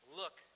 look